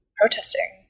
protesting